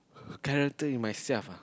character in myself ah